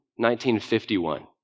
1951